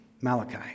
Malachi